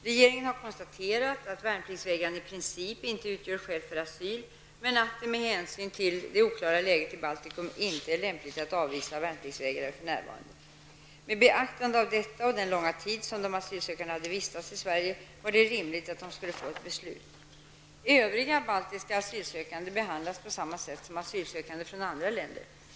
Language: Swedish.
Regeringen har konstaterat att värnpliktsvägran i princip inte utgör skäl för asyl, men att det med hänsyn till det oklara läget i Baltikum inte är lämpligt att avvisa värnpliktsvägrare för närvarande. Med beaktande av detta och den långa tid som de asylsökande hade vistats i Sverige var det rimligt att de skulle få ett beslut. Övriga baltiska asylsökande behandlas på samma sätt som asylsökande från andra länder.